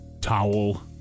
towel